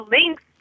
links